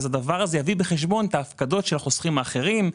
הדבר הזה יביא בחשבון את ההפקדות של חוסכים אחרים,